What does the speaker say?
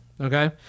Okay